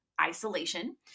isolation